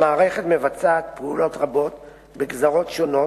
המערכת מבצעת פעולות רבות בגזרות שונות,